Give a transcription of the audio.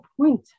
point